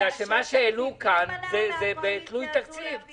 בגלל שמה שהעלו כאן הוא תלוי תקציב.